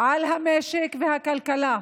על המשק והכלכלה?